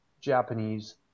Japanese